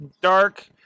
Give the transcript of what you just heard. dark